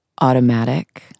Automatic